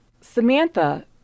Samantha